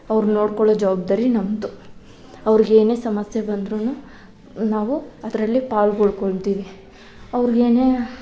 ಅವ್ರ್ನ ನೋಡಿಕೊಳ್ಳೋ ಜವಾಬ್ದಾರಿ ನಮ್ಮದು ಅವ್ರ್ಗೆ ಏನೇ ಸಮಸ್ಯೆ ಬಂದ್ರು ನಾವು ಅದರಲ್ಲಿ ಪಾಲ್ಗೊಳ್ಕೊಳ್ತೀವಿ ಅವ್ರ್ಗೆ ಏನೇ